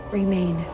remain